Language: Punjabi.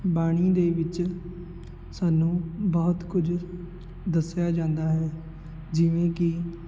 ਬਾਣੀ ਦੇ ਵਿੱਚ ਸਾਨੂੰ ਬਹੁਤ ਕੁਝ ਦੱਸਿਆ ਜਾਂਦਾ ਹੈ ਜਿਵੇਂ ਕਿ